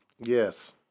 Yes